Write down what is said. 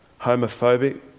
homophobic